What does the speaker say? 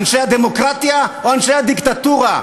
אנשי הדמוקרטיה או אנשי הדיקטטורה,